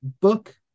book